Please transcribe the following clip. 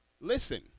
listen